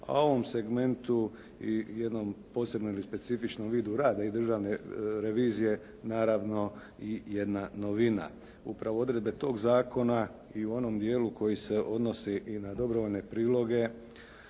a o ovom segmentu i jednom posebnom ili specifičnom vidu rada i državne revizije naravno i jedna novina. Upravo odredbe tog zakona i u onom dijelu koji se odnosi i na dobrovoljne priloge